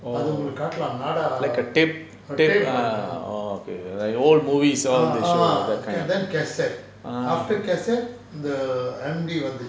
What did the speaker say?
அது ஒங்களுக்கு காட்டலாம் நாடா:athu ongaluku kaatalam naada tape மாரி:mari ah ah then cassette after cassette the M_D வந்துச்சு:vanthuchu